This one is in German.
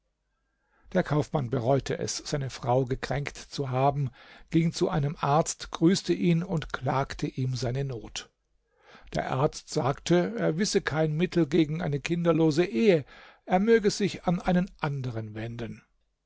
der kaufmann bereute es seine frau gekränkt zu haben ging zu einem arzt grüßte ihn und klagte ihm seine not der arzt sagte er wisse kein mittel gegen eine kinderlose ehe er möge sich an einen anderen wenden